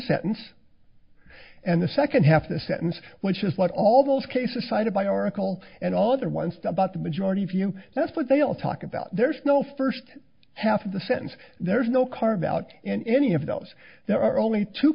sentence and the second half of the sentence which is what all those cases cited by oracle and all other ones to about the majority view that's what they all talk about there's no first half of the sentence there's no carve out in any of those there are only two